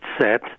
set